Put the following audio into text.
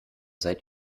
seid